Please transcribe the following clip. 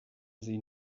sie